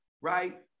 right